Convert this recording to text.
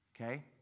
okay